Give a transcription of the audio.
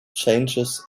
changes